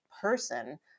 person